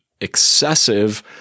excessive